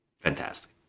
Fantastic